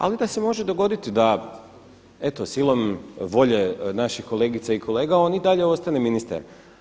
Ali da se može dogoditi da eto silom volje naših kolegica i kolega on i dalje ostane ministar.